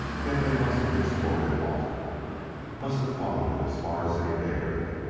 yet they must have explored it often must have followed it as far as they dared,